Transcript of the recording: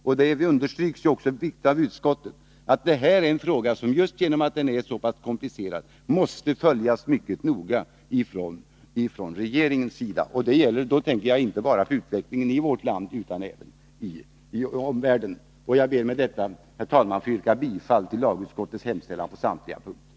Det understryks också av utskottet att den här frågan, just därför att den är så komplicerad, måste följas mycket noga från regeringens sida. Jag tänker inte bara på utvecklingen i vårt land utan även i omvärlden. Jag ber med detta, herr talman, att få yrka bifall till lagutskottets hemställan på samtliga punkter.